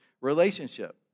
relationship